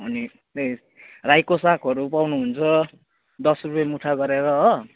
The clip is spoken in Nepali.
अनि रायोको सागहरू पाउनुहुन्छ दस रुपियाँ मुठा गरेर हो